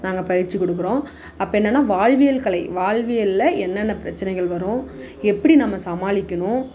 நாங்கள் பயிற்சி குடுக்குறோம் அப்போ என்னென்னா வாழ்வியல் கலை வாழ்வியலில் என்னென்ன பிரச்சினைகள் வரும் எப்படி நம்ம சமாளிக்கணும்